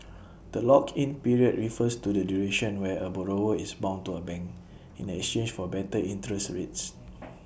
the lock in period refers to the duration where A borrower is bound to A bank in exchange for better interest rates